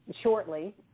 shortly